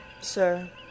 sir